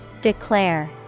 Declare